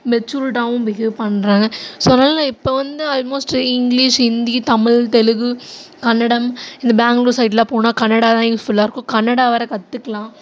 மெச்சூர்டாகவும் behave பண்ணுறாங்க so அதனால் இப்போ வந்து அல்மோஸ்ட்டு இங்கிலீஷ் ஹிந்தி தமிழ் தெலுங்கு கன்னடம் இந்த பேங்களூர் சைடெல்லாம் போனால் கன்னடாதான் யூஸ்ஃபுல்லாக இருக்கும் கன்னடா வேறு கற்றுக்கலாம்